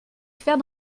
faire